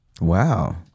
wow